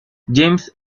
james